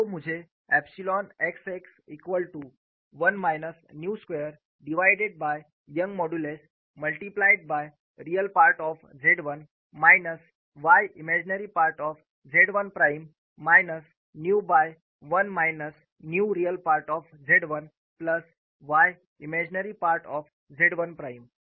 तो मुझे epsilon xx equal to 1 minus nu square divided by Young modulus multiplied by real part of Z 1 minus y imaginary part of Z 1 prime minus nu by 1 minus nu real part of Z 1 plus y imaginary part of Z 1 prime